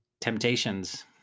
temptations